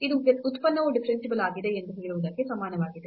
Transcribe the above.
ಇದು ಉತ್ಪನ್ನವು ಡಿಫರೆನ್ಸಿಬಲ್ ಆಗಿದೆ ಎಂದು ಹೇಳುವುದಕ್ಕೆ ಸಮಾನವಾಗಿದೆ